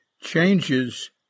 changes